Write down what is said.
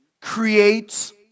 creates